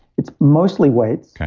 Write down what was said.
it's mostly weights.